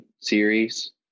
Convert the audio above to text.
series